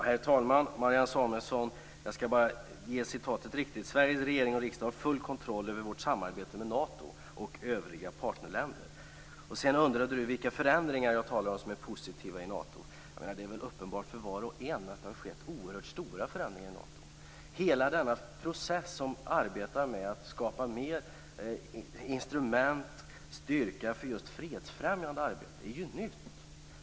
Herr talman! Marianne Samuelsson! Jag skall börja med att ge det korrekta citatet: Sveriges regering och riksdag har full kontroll över vårt samarbete med Nato och övriga partnerländer. Marianne Samuelsson undrade vilka positiva förändringar i Nato jag talade om. Det väl uppenbart för var och en att det har skett oerhört stora förändringar i Nato. Hela denna process för att skapa fler instrument för och större styrka i just fredsfrämjande arbete är ju nytt!